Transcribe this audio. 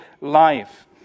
life